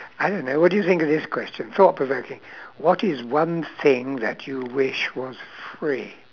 I don't know what do you think of this question thought provoking what is one thing that you wish was free